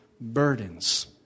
burdens